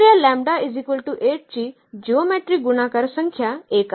तर या ची जिओमेट्रीक गुणाकार संख्या 1 आहे